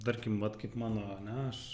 tarkim vat kaip mano ane aš